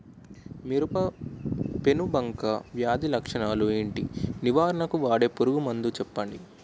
మిరప పెనుబంక వ్యాధి లక్షణాలు ఏంటి? నివారణకు వాడే పురుగు మందు చెప్పండీ?